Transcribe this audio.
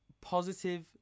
positive